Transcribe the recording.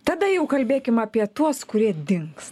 tada jau kalbėkim apie tuos kurie dings